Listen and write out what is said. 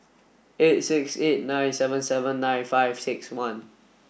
eight six eight nine seven seven nine five six one